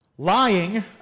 Lying